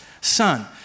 son